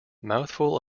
mouthful